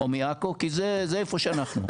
או מעכו כי זה איפה שאנחנו.